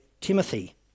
Timothy